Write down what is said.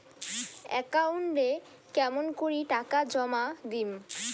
একাউন্টে কেমন করি টাকা জমা দিম?